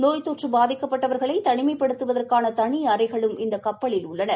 நோய் தொற்று பாதிக்கப்பட்டவர்களை தனிமைப்படுத்துவதற்கான தனி அறைகளும இந்த கப்பலில் உள்ளன